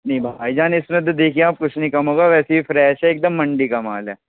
نہیں بھائی جان اِس میں تو دیكھیے اب كچھ نہیں کم ہوگا ویسے یہ فریش ہے ایک دم مںڈی کا مال ہے